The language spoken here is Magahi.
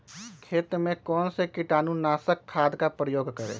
खेत में कौन से कीटाणु नाशक खाद का प्रयोग करें?